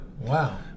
Wow